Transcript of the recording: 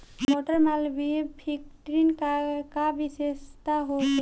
मटर मालवीय फिफ्टीन के का विशेषता होखेला?